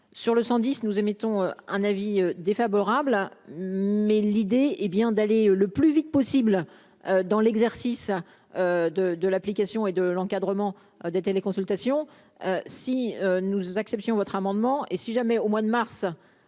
sur le 110 nous émettons un avis défavorable, mais l'idée est bien d'aller le plus vite possible dans l'exercice de de l'application et de l'encadrement de téléconsultations si nous acceptions votre amendement et si jamais au mois de mars,